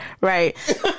Right